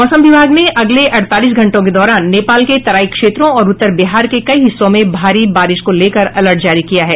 मौसम विभाग ने अगले अड़तालीस घंटों के दौरान नेपाल के तराई क्षेत्रों और उत्तर बिहार के कई हिस्सों में भारी बारिश को लेकर अलर्ट जारी किया है